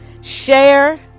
Share